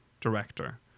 director